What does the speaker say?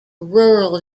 rural